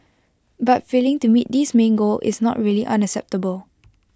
but failing to meet this main goal is not really unacceptable